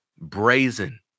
brazen